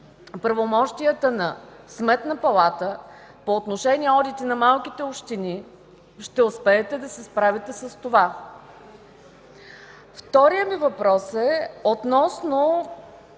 правомощията на Сметната палата по отношение на одити на малките общини, ще успеете да се справите с това? Вторият ми въпрос е относно